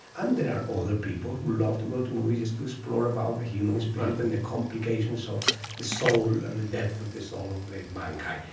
and that are all the people who love to go to movies just to explore about the human spirit and the complications of the soul and the depth of this all of mankind.